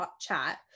chat